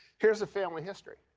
here's the family history.